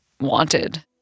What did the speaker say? wanted